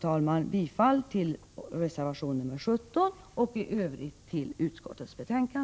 Jag yrkar bifall till den moderata reservationen 17 och i övrigt till utskottets hemställan.